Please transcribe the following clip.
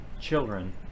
children